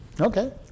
okay